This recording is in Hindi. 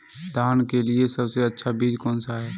धान के लिए सबसे अच्छा बीज कौन सा है?